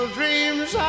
dreams